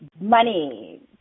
Money